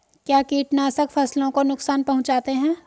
क्या कीटनाशक फसलों को नुकसान पहुँचाते हैं?